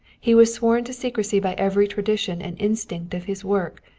he was sworn to secrecy by every tradition and instinct of his work.